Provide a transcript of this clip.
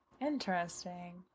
Interesting